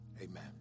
amen